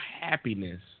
happiness